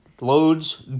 Loads